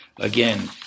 Again